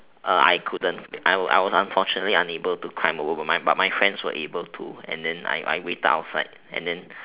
uh I couldn't I I was unfortunately unable to climb over but my friends were able to and then I I waited outside and then